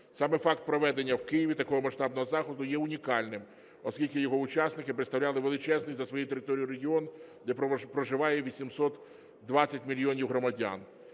Саме факт проведення в Києві такого масштабного заходу є унікальним, оскільки його учасники представляли величезний за своєю територією регіон, де проживає 820 мільйонів громадян.